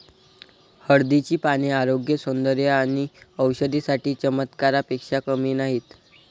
हळदीची पाने आरोग्य, सौंदर्य आणि औषधी साठी चमत्कारापेक्षा कमी नाहीत